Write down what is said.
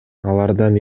алардан